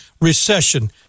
recession